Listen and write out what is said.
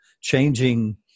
changing